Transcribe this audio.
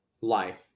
life